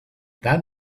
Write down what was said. that